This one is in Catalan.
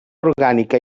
orgànica